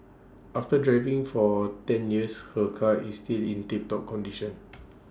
after driving for ten years her car is still in tip top condition